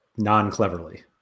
non-cleverly